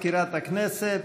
משה גפני,